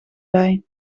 bij